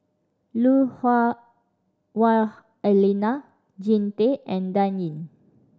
Lui Hah Wah Elena Jean Tay and Dan Ying